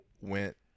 Went